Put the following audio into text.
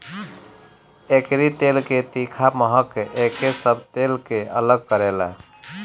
एकरी तेल के तीखा महक एके सब तेल से अलग करेला